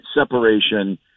separation